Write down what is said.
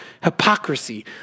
hypocrisy